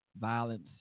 violence